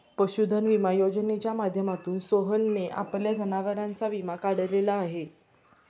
पशुधन विमा योजनेच्या माध्यमातून सोहनने आपल्या जनावरांचा विमा काढलेला आहे